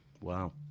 wow